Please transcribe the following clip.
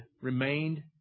remained